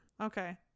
Okay